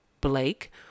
Blake